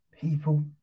people